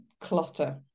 clutter